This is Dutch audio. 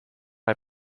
hij